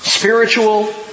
Spiritual